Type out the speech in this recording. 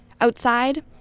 Outside